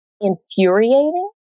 infuriating